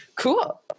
cool